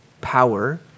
power